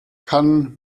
kann